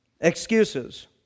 Excuses